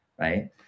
right